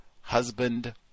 Husband